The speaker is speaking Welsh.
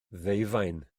ddeufaen